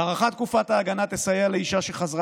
הארכת תקופת ההגנה תסייע לאישה שחזרה